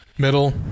middle